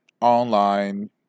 online